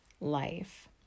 life